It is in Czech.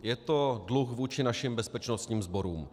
Je to dluh vůči našim bezpečnostním sborům.